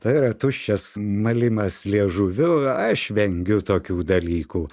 tai yra tuščias malimas liežuviu aš vengiu tokių dalykų